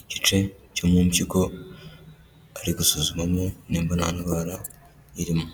igice cyo mu mpyiko, ari gusuzumamo nimba nta ndwara irimo.